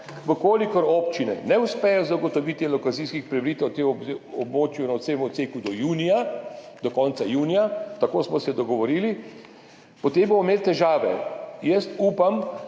Če občine ne uspejo zagotoviti lokacijskih preveritev na tem območju na vsem odseku do junija, do konca junija, tako smo se dogovorili, potem bomo imeli težave. Upam,